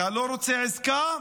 אתה לא רוצה עסקה?